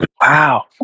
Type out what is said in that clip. Wow